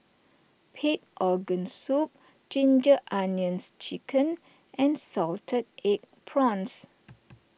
Pig Organ Soup Ginger Onions Chicken and Salted Egg Prawns